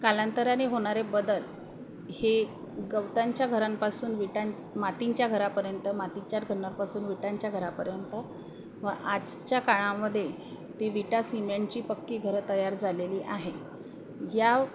कालांतराने होणारे बदल हे गवतांच्या घरांपासून विटा मातींच्या घरापर्यंत मातीच्या घरापासून विटांच्या घरापर्यंत व आजच्या काळामध्ये ती विटा सिमेंटची पक्की घरं तयार झालेली आहे या